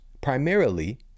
primarily